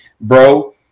Bro